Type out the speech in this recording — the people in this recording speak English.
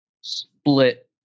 split